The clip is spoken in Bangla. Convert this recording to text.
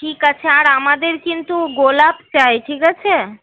ঠিক আছে আর আমাদের কিন্তু গোলাপ চাই ঠিক আছে